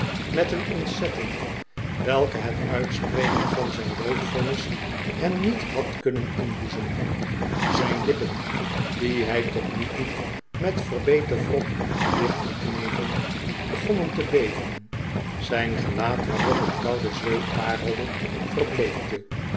met de pickwick club een ontzetting welke het uitspreken van zijn doodvonnis hem niet had kunnen inboezemen zijn lippen die hij tot nu toe met verbeten wrok had dichtgeknepen begonnen te beven zijn gelaat waarop het koude zweet parelde verbleekte